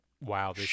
wow